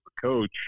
coach